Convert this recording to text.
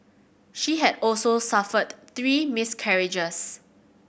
she had also suffered three miscarriages